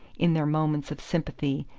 in their moments of sympathy,